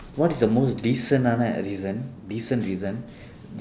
what is the most decent-aana